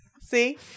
see